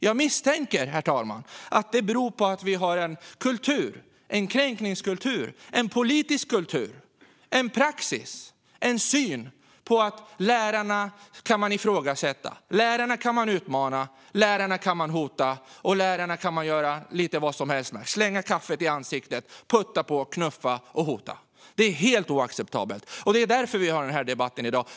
Jag misstänker, herr talman, att det beror på att vi har en kränkningskultur, en politisk kultur, en praxis och en syn att lärarna kan man ifrågasätta, lärarna kan man utmana, lärarna kan man hota och lärarna kan man göra lite vad som helst med - slänga kaffet i ansiktet på, putta på, knuffa och hota. Detta är helt oacceptabelt, och det är därför vi har denna debatt i dag.